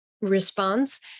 response